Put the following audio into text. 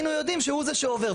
היינו יודעים שהוא זה שעובר,